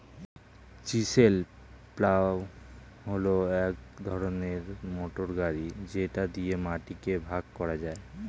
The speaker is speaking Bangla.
চিসেল প্লাউ হল এক ধরনের মোটর গাড়ি যেটা দিয়ে মাটিকে ভাগ করা যায়